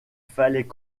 fallait